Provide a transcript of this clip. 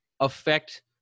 affect